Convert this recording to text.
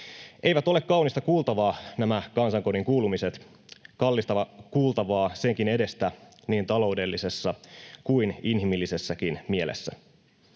Eivät ole kaunista kuultavaa nämä kansankodin kuulumiset, kallista kuultavaa senkin edestä niin taloudellisessa kuin inhimillisessäkin mielessä.